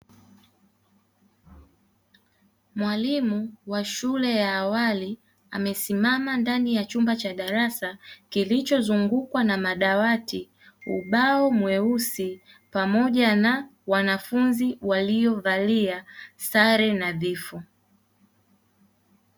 Mwalimu wa shule ya awali, amesimama ndani ya chumba cha darasa, kilichozungukwa na: madawati, ubao mweusi pamoja na wanfunzi waliovalia sare nadhifu.